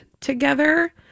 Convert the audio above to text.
together